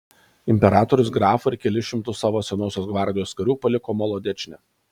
imperatorius grafą ir kelis šimtus savo senosios gvardijos karių paliko molodečne